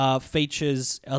Features